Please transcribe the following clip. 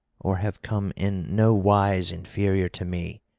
or have come in no wise inferior to me,